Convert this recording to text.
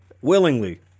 willingly